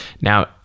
Now